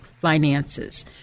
finances